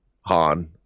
han